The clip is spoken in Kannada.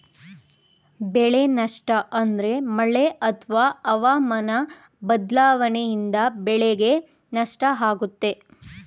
ಬೆಳೆ ನಷ್ಟ ಅಂದ್ರೆ ಮಳೆ ಅತ್ವ ಹವಾಮನ ಬದ್ಲಾವಣೆಯಿಂದ ಬೆಳೆಗೆ ನಷ್ಟ ಆಗುತ್ತೆ